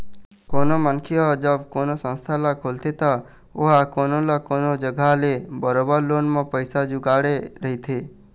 कोनो मनखे ह जब कोनो संस्था ल खोलथे त ओहा कोनो न कोनो जघा ले बरोबर लोन म पइसा जुगाड़े रहिथे